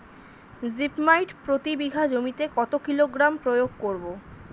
Zip মাইট প্রতি বিঘা জমিতে কত কিলোগ্রাম প্রয়োগ করব?